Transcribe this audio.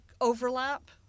overlap